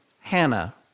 Hannah